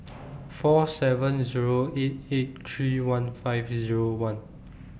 four seven Zero eight eight three one five Zero one